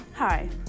Hi